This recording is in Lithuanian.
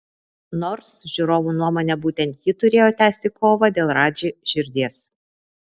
nors žiūrovų nuomone būtent ji turėjo tęsti kovą dėl radži širdies